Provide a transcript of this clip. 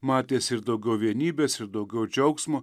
matėsi ir daugiau vienybės ir daugiau džiaugsmo